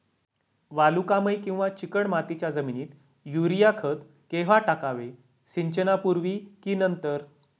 वालुकामय किंवा चिकणमातीच्या जमिनीत युरिया खत केव्हा टाकावे, सिंचनापूर्वी की नंतर?